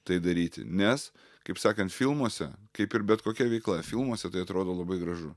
tai daryti nes kaip sakant filmuose kaip ir bet kokia veikla filmuose tai atrodo labai gražu